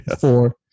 Four